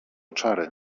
czary